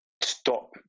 stop